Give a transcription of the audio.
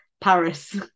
Paris